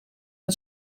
een